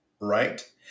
right